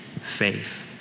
faith